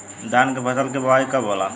धान के फ़सल के बोआई कब होला?